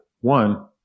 One